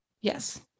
Yes